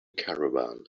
caravan